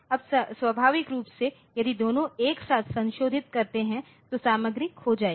अब स्वाभाविक रूप से यदि दोनों एक साथ संशोधित करते हैं तो सामग्री खो जाएगी